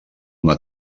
una